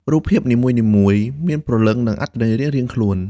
រូបភាពនីមួយៗមានព្រលឹងនិងអត្ថន័យរៀងៗខ្លួន។